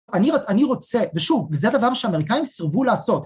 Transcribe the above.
‫אני רוצה, ושוב, ‫וזה הדבר שאמריקאים שרוו לעשות.